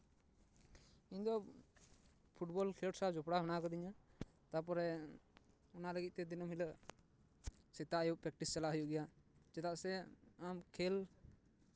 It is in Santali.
ᱤᱧ ᱫᱚ ᱯᱷᱩᱴᱵᱚᱞ ᱠᱷᱮᱞᱚᱰ ᱥᱟᱶ ᱡᱚᱯᱲᱟᱣ ᱢᱮᱱᱟᱜ ᱠᱟᱫᱤᱧᱟ ᱛᱟᱨᱯᱚᱨᱮ ᱚᱱᱟ ᱞᱟᱹᱜᱤᱫ ᱛᱮ ᱫᱤᱱᱟᱹᱢ ᱦᱤᱞᱳᱜ ᱥᱮᱛᱟᱜ ᱟᱹᱭᱩᱵ ᱯᱨᱮᱠᱴᱤᱥ ᱪᱟᱞᱟᱜ ᱦᱩᱭᱩᱜ ᱜᱮᱭᱟ ᱪᱮᱫᱟᱜ ᱥᱮ ᱟᱢ ᱠᱷᱮᱞ